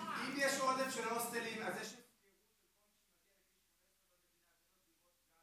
אם יש עודף של הוסטלים אז יש הפקרות של כל מי שמגיע לגיל 18 במדינה,